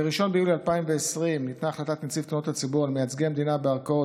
ב-1 ביולי 2020 ניתנה החלטת נציב תלונות הציבור על מייצגי המדינה בערכאות